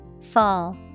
Fall